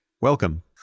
Welcome